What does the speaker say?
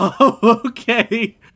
Okay